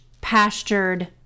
pastured